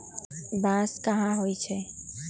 बांस कहाँ होई छई